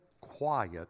quiet